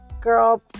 girl